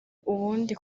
ubundi